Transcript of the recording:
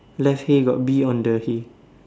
left hay got bee on the hay